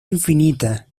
infinita